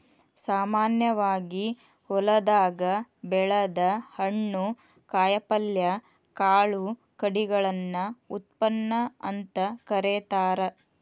ಸಾಮಾನ್ಯವಾಗಿ ಹೊಲದಾಗ ಬೆಳದ ಹಣ್ಣು, ಕಾಯಪಲ್ಯ, ಕಾಳು ಕಡಿಗಳನ್ನ ಉತ್ಪನ್ನ ಅಂತ ಕರೇತಾರ